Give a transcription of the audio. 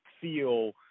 feel